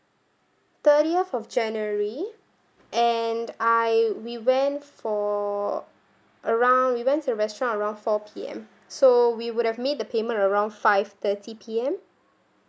thirtieth of january and I we went for around we went to the restaurant around four P_M so we would have made the payment around five thirty P_M